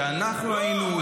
כשאנחנו היינו,